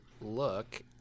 look